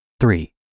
Three